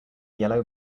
yellow